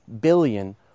billion